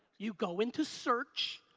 you go into search,